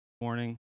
morning